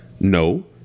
No